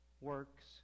works